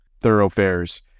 thoroughfares